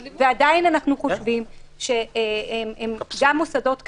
ועדיין אנחנו חושבים שגם מוסדות כאלה,